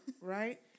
right